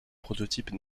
prototypes